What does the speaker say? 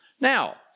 Now